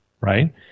right